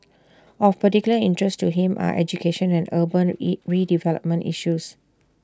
of particular interest to him are education and urban IT redevelopment issues